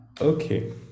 Okay